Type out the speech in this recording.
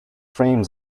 frames